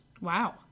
Wow